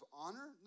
honor